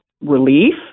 relief